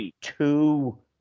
two